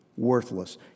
worthless